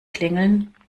klingeln